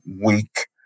week